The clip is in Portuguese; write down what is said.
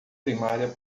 primária